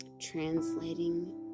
translating